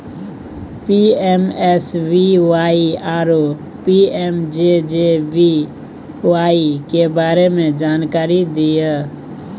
PMSBY आरो PMJJBY के बारे मे जानकारी दिय?